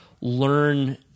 learn